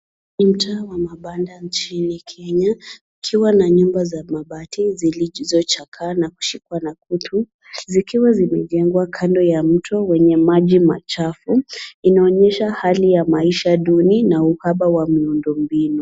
Mtaa wa mabanda nchini Kenya ikiwa na nyumba za mabati ziliochakaa na kushikwa na kutu zikiwa zimejengwa kando ya mto wenye maji machafu. Inaonyesha hali ya maisha duni na uhaba wa miundombinu.